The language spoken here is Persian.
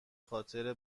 خاطر